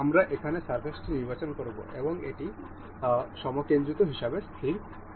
আমরা এখানে সারফেস টি নির্বাচন করব এবং এটি সমকেন্দ্রিক হিসাবে স্থির করা হবে